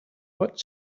what